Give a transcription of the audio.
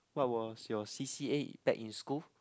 what was your c_c_a back in school